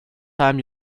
time